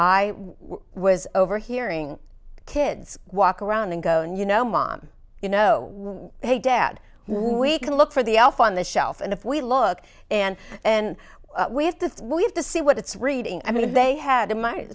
i was overhearing kids walk around and go and you know mom you know hey dad we can look for the elf on the shelf and if we look and and we have to leave to see what it's reading i mean they had to my